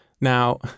Now